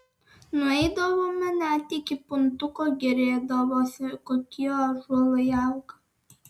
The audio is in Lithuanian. nueidavome net iki puntuko gėrėdavosi kokie ąžuolai auga